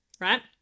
right